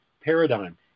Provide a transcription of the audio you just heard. paradigm